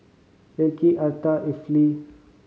Vickey Arta Effie